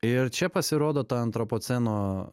ir čia pasirodo ta antropoceno